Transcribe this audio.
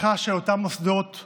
מוסדות